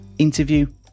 Interview